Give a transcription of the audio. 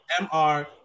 mr